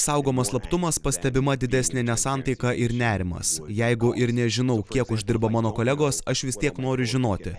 saugomas slaptumas pastebima didesnė nesantaika ir nerimas jeigu ir nežinau kiek uždirba mano kolegos aš vis tiek noriu žinoti